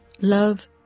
love